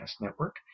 Network